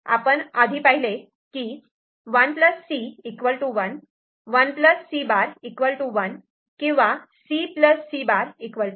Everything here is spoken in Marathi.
आपण आधी पाहिले की 1 C 1 1 C' 1 किंवा C C' 1